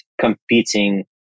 competing